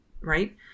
right